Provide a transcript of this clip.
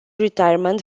retirement